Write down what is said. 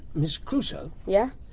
miss crusoe? yeah